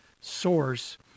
source